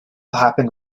happened